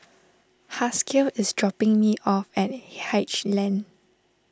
Haskell is dropping me off at Haig Lane